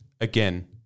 again